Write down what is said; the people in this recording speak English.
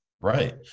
Right